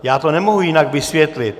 Já to nemohu jinak vysvětlit.